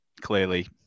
clearly